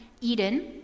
eden